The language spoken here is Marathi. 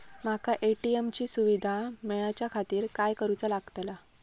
माका ए.टी.एम ची सुविधा मेलाच्याखातिर काय करूचा लागतला?